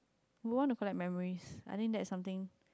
want of collect memories I think that is something